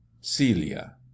celia